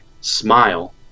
smile